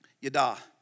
Yada